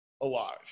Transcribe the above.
alive